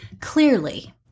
Clearly